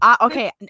Okay